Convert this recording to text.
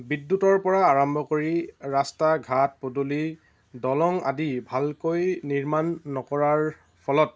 বিদ্যুতৰ পৰা আৰম্ভ কৰি ৰাস্তা ঘাট পদুলি দলং আদি ভালকৈ নিৰ্মাণ নকৰাৰ ফলত